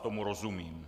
Tomu rozumím.